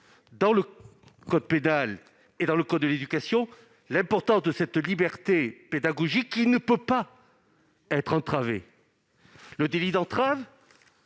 dans le code pénal et dans le code de l'éducation, l'importance de cette liberté pédagogique qui ne peut être entravée. Le délit d'entrave